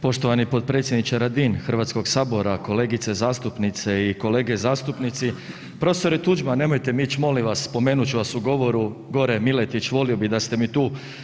Poštovani potpredsjedniče Radin Hrvatskog sabora, kolegice zastupnice i kolege zastupnici, profesore Tuđman, nemojte mi ići molim vas, spomenut ću vas u govoru, gore je Miletić, volio bi da ste mi tu.